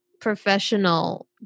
professional